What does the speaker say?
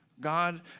God